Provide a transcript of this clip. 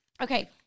Okay